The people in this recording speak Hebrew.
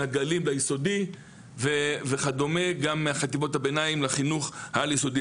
הגלים ביסודי וכדומה גם מחטיבות הביניים לחינוך העל יסודי.